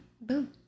Boom